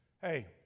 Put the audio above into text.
hey